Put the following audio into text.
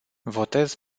votez